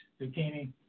zucchini